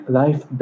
life